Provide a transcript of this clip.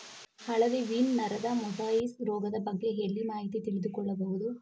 ಹಳದಿ ವೀನ್ ನರದ ಮೊಸಾಯಿಸ್ ರೋಗದ ಬಗ್ಗೆ ಎಲ್ಲಿ ಮಾಹಿತಿ ತಿಳಿದು ಕೊಳ್ಳಬಹುದು?